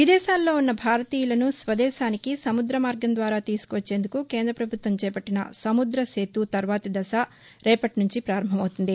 విదేశాల్లో ఉన్న భారతీయులను స్వదేశానికి సముద్ర మార్గం ద్వారా తీసుకువచ్చేందుకు కేంద్ర పభుత్వం చేపట్లిన సముద్ర సేతు తర్వాతి దశ రేపటి నుంచి ప్రారంభమవుతుంది